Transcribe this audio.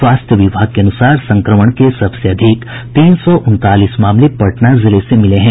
स्वास्थ्य विभाग के अनुसार संक्रमण के सबसे अधिक तीन सौ उनतालीस मामले पटना जिले में मिले हैं